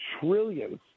trillions